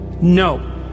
No